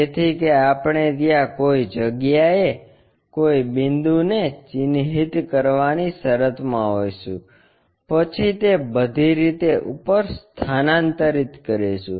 તેથી કે આપણે ત્યાં કોઈ જગ્યાએ કોઈ બિંદુને ચિહ્નિત કરવાની શરતમાં હોઈશું પછી તે બધી રીતે ઉપર સ્થાનાંતરિત કરીશું